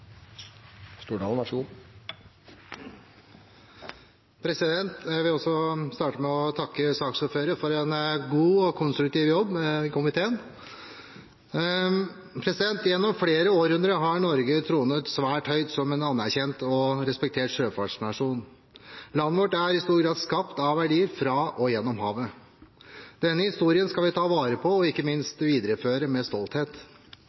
Jeg vil også starte med å takke saksordføreren for en god og konstruktiv jobb i komiteen. Gjennom flere århundrer har Norge tronet svært høyt som en anerkjent og respektert sjøfartsnasjon. Landet vårt er i stor grad skapt av verdier fra og igjennom havet. Denne historien skal vi ta vare på og ikke minst videreføre med stolthet.